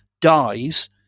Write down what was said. dies